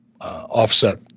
offset